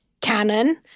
canon